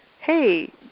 hey